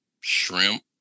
shrimp